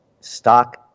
Stock